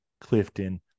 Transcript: Clifton